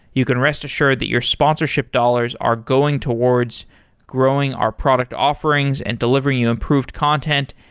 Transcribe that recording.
you can rest assure that your sponsorship dollars are going to words growing our product offerings and delivering you improved content.